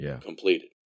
completed